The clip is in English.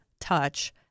touch